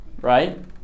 right